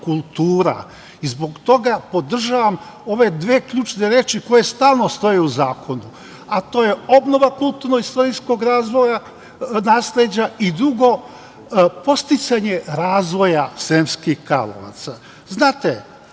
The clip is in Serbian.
i zbog toga podržavam ove dve ključne reči koje stalno stoje u zakonu, a to je obnova kulturno-istorijskog nasleđa i drugo podsticanje razvoja Sremskih Karlovaca. Znate,